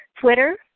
Twitter